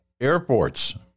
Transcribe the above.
airports